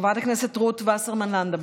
חברת הכנסת רות וסרמן לנדה,